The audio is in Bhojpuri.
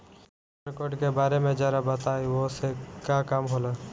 क्यू.आर कोड के बारे में जरा बताई वो से का काम होला?